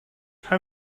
how